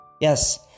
yes